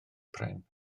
pren